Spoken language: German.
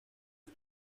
ist